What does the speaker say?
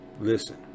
listen